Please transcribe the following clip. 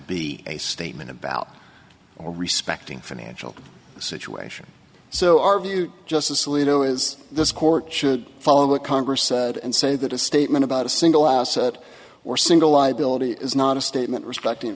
be a statement about respecting financial situation so our view justice alito is this court should follow the congress and say that a statement about a single asset or single liability is not a statement respecti